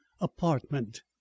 apartment